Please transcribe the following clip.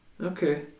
Okay